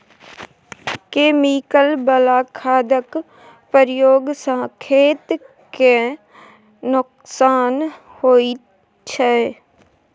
chemical बला खादक प्रयोग सँ खेत केँ नोकसान होइ छै